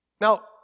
Now